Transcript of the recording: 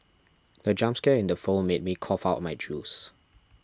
the jump scare in the film made me cough out my juice